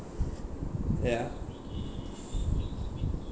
ya